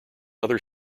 other